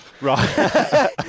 Right